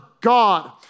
God